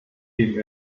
dem